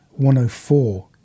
104